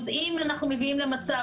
אם אנחנו מביאים למצב,